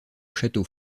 château